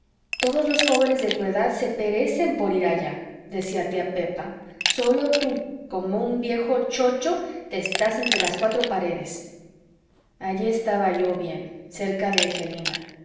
todos los jóvenes de tu edad se perecen por ir allá decía tía pepa sólo tú como un viejo chocho te estás entre las cuatro paredes allí estaba yo bien cerca de angelina